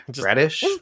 radish